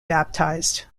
baptized